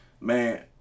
man